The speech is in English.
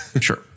Sure